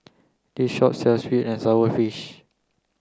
this shop sells sweet and sour fish